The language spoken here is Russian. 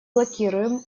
блокируем